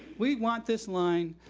we want this line,